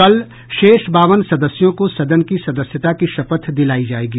कल शेष बावन सदस्यों को सदन की सदस्यता की शपथ दिलायी जायेगी